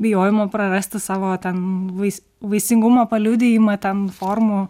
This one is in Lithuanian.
bijojimu prarasti savo tam vais vaisingumo paliudijimą ten formų